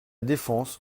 défense